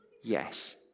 yes